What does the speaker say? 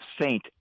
Saint